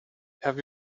have